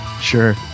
Sure